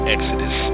Exodus